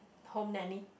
home nanny